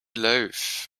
loaf